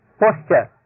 posture